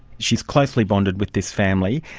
she's closely bonded with this family,